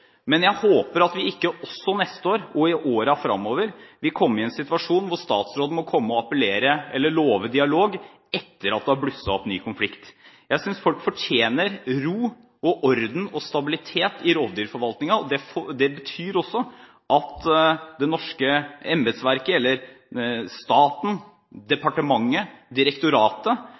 men jeg håper ikke at vi også neste år og i årene fremover vil komme i en situasjon hvor statsråden må komme og appellere – eller love dialog – etter at det har blusset opp en ny konflikt. Jeg synes folk fortjener ro, orden og stabilitet i rovdyrforvaltningen. Det betyr også at det norske embetsverket – eller staten, departementet, direktoratet